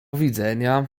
widzenia